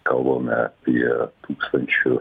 kalbame apie tūkstančių